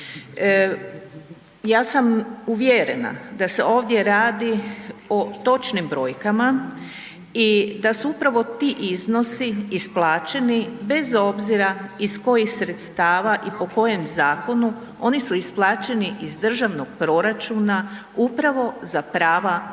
Ja sam uvjerena da se ovdje radi o točnim brojkama i da su upravo ti iznosi isplaćeni bez obzira iz kojih sredstava i po kojem zakonu, oni su isplaćeni iz državnog proračuna upravo za prava